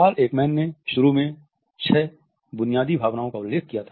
Paul Ekman ने शुरू में छह बुनियादी भावनाओं का उल्लेख किया था